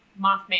Mothman